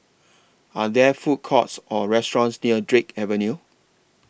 Are There Food Courts Or restaurants near Drake Avenue